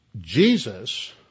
Jesus